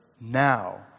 Now